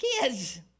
kids